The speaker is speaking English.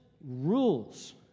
rules